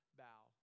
bow